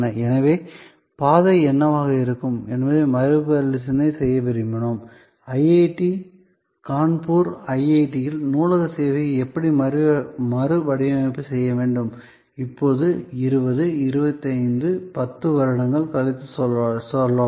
எனவே பாதை என்னவாக இருக்கும் என்பதை மறுபரிசீலனை செய்ய விரும்பினோம் கான்பூர் ஐஐடியில் நூலக சேவையை எப்படி மறுவடிவமைப்பு செய்ய வேண்டும் இப்போது 20 25 10 வருடங்கள் கழித்து சொல்லலாம்